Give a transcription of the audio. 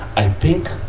i think,